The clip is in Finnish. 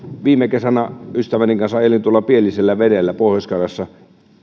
viime kesänä ystäväni kanssa ajelin tuolla pielisen vesillä pohjois karjalassa